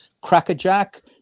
Crackerjack